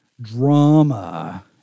drama